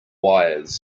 wires